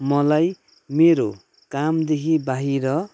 मलाई मेरो कामदेखि बाहिर